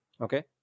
Okay